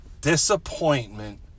disappointment